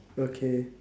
okay